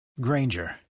Granger